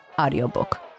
audiobook